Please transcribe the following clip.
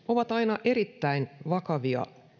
ovat aina erittäin vakavia